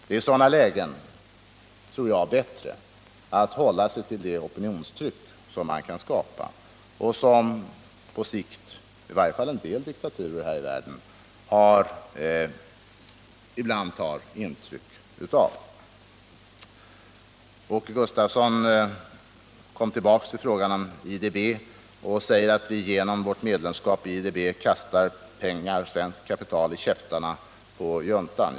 Det är i sådana lägen, tror jag, bättre att hålla sig till det opinionstryck man kan skapa och som på sikt i varje fall en del diktaturer här i världen ibland tar intryck av. Åke Gustavsson kom tillbaka till frågan om IDB och säger att vi genom vårt medlemskap i IDB kastar svenskt kapital i käftarna på juntan.